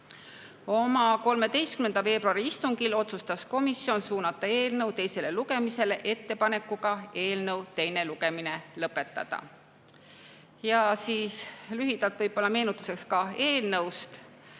13. veebruari istungil otsustas komisjon suunata eelnõu teisele lugemisele ettepanekuga eelnõu teine lugemine lõpetada. Lühidalt meenutuseks eelnõu